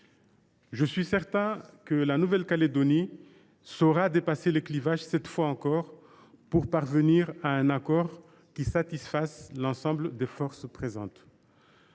Je suis certain qu’elle saura dépasser les clivages, cette fois encore, pour parvenir à un accord qui satisfasse l’ensemble des forces en présence.